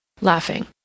laughing